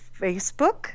Facebook